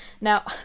Now